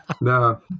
No